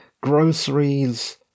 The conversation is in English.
groceries